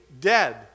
dead